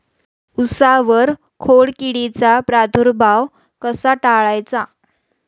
उसावर खोडकिडीचा प्रादुर्भाव कसा टाळायचा?